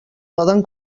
poden